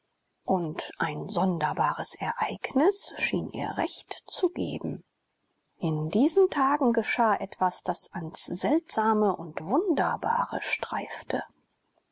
und ein sonderbares ereignis schien ihr recht zu geben in diesen tagen geschah etwas das ans seltsame und wunderbare streifte